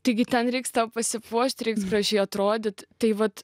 taigi ten reiks tau pasipuošti reiks gražiai atrodyt tai vat